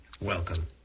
Welcome